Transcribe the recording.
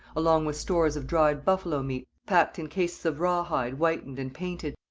along with stores of dried buffalo meat packed in cases of raw hide whitened and painted.